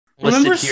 Remember